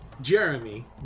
Jeremy